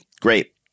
great